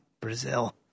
Brazil